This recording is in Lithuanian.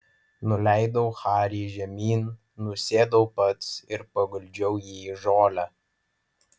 nuleidau harį žemyn nusėdau pats ir paguldžiau jį į žolę